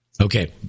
Okay